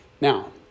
Now